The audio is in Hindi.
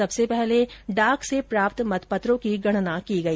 सबसे पहले डाक से प्राप्त मत पत्रों की गणना की गई